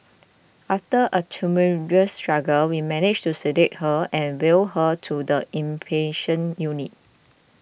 after a tumultuous struggle we managed to sedate her and wheel her to the inpatient unit